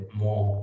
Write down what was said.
more